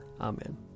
Amen